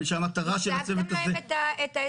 שהמטרה של הצוות הזה --- הצגתם להם את ההסכם?